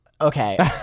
Okay